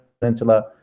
Peninsula